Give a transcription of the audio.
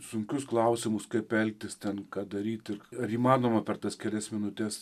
sunkius klausimus kaip elgtis ten ką daryt ir ar įmanoma per tas kelias minutes